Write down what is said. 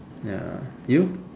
ya you